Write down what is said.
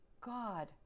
God